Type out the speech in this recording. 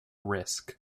risk